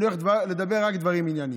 אני הולך לומר רק דברים ענייניים.